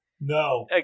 No